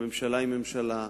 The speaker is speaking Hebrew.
והממשלה היא ממשלה.